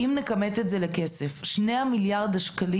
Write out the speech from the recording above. אם נכמת את זה לכסף 2 מיליארד השקלים